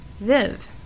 Viv